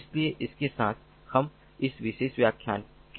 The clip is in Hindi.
इसलिए इसके साथ हम इस विशेष व्याख्यान के अंत में आते हैं